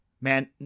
Man